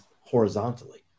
horizontally